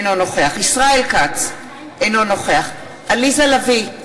אינו נוכח ישראל כץ, אינו נוכח עליזה לביא,